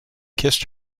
kissed